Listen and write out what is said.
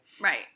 Right